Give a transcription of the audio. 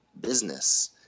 business